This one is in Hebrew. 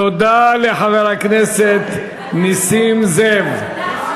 תודה לחבר הכנסת נסים זאב.